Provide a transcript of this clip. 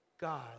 God